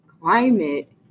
Climate